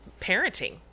parenting